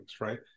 right